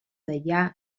deià